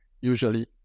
usually